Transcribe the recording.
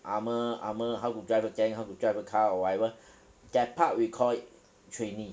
armour armour how to drive a tank how to drive a car or whatever that part we call it trainee